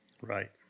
Right